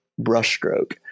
brushstroke